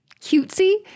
cutesy